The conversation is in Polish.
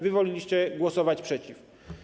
Wy woleliście głosować przeciw.